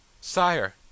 Sire